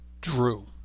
Drew